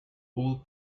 all